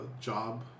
job